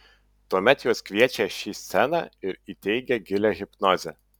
tuomet juos kviečia šį sceną ir įteigia gilią hipnozę